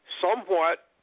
somewhat